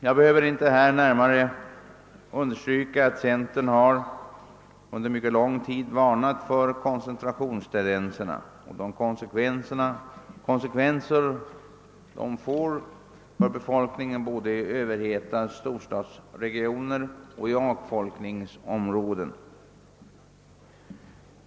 Jag behöver här inte betona att centern under mycket lång tid har varnat för koncentrationstendenserna och de konsekvenser dessa får för befolkningen både i överhettade storstadsområden och i avfolkningorter.